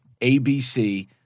ABC